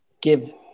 give